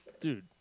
Dude